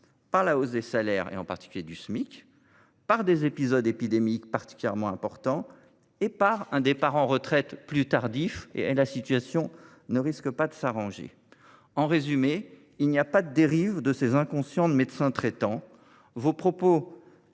la hausse des salaires, en particulier de Smic, par des épisodes épidémiques particulièrement importants et par un départ à la retraite plus tardif. À cet égard, la situation ne risque pas de s’arranger. En résumé, il ne s’agit pas d’une dérive de ces inconscients de médecins traitants. Les propos